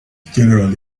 generally